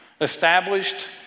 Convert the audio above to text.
established